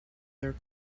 their